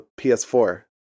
PS4